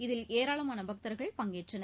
இதில் ஏராளமான பக்தர்கள் பங்கேற்றனர்